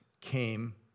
came